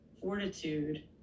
fortitude